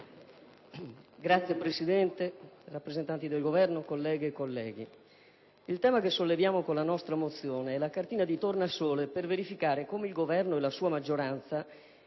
Signor Presidente, rappresentanti del Governo, colleghe e colleghi, il tema che solleviamo con la nostra mozione rappresenta la cartina di tornasole per verificare come il Governo e la sua maggioranza